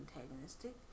antagonistic